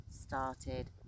started